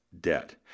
debt